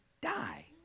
die